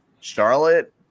Charlotte